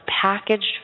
packaged